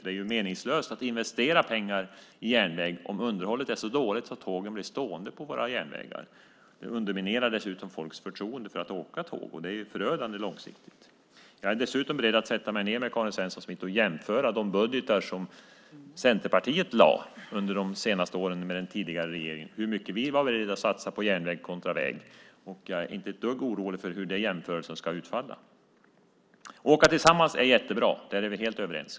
Det är meningslöst att investera pengar i järnväg om underhållet är så dåligt att tågen blir stående på våra järnvägar. Dessutom underminerar det folks förtroende för att åka tåg, vilket långsiktigt är förödande. Jag är beredd att sätta mig ned med Karin Svensson Smith och jämföra era budgetar med de budgetar som Centerpartiet lade fram under de sista åren med den tidigare regeringen - alltså hur mycket vi var beredda att satsa på järnväg kontra väg. Jag är inte ett dugg orolig för hur den jämförelsen utfaller. Att åka tillsammans är jättebra. Där är vi helt överens.